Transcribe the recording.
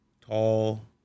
tall